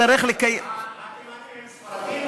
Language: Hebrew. התימנים הם ספרדים?